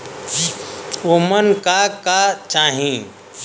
ओमन का का चाही?